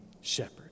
shepherd